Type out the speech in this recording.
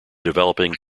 developing